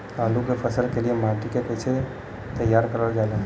आलू क फसल के लिए माटी के कैसे तैयार करल जाला?